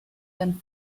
gun